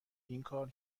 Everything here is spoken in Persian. اینکار